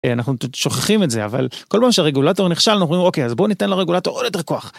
אנחנו שוכחים את זה אבל כל פעם שרגולטור נכשל אנחנו אומרים אוקיי אז בוא ניתן לרגולטור עוד יותר כוח.